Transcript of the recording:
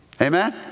Amen